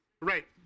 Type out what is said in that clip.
Right